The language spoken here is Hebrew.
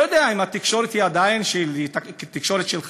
לא יודע אם התקשורת היא עדיין תקשורת של חצר?